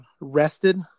rested